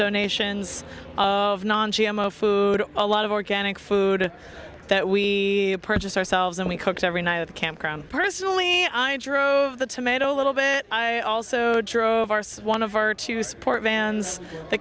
donations of non g m o food a lot of organic food that we purchased ourselves and we cooked every night at the campground personally i drove the tomato a little bit i also drove our so one of our two sport vans th